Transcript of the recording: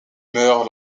meurt